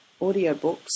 audiobooks